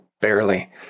barely